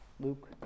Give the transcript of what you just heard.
Luke